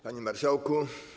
Panie Marszałku!